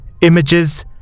images